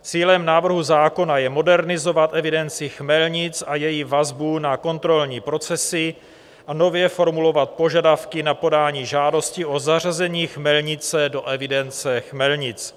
Cílem návrhu zákona je modernizovat evidenci chmelnic a její vazbu na kontrolní procesy a nově formulovat požadavky na podání žádostí o zařazení chmelnice do evidence chmelnic.